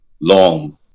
long